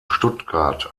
stuttgart